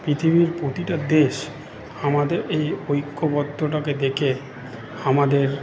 পৃথিবীর প্রতিটা দেশ আমাদের এই ঐক্যবদ্ধতাকে দেখে আমাদের